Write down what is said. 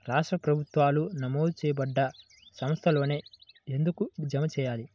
రాష్ట్ర ప్రభుత్వాలు నమోదు చేయబడ్డ సంస్థలలోనే ఎందుకు జమ చెయ్యాలి?